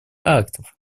актов